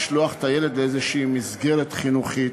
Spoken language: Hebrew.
לשלוח את הילד לאיזו מסגרת חינוכית,